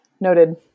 noted